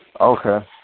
Okay